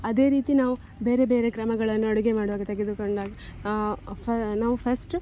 ಅದೇ ರೀತಿ ನಾವು ಬೇರೆ ಬೇರೆ ಕ್ರಮಗಳನ್ನು ಅಡುಗೆ ಮಾಡುವಾಗ ತೆಗೆದುಕೊಂಡಾಗ ಫ ನಾವು ಫಸ್ಟ್